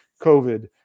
COVID